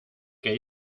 que